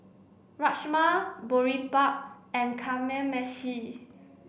Rajma Boribap and Kamameshi